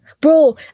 bro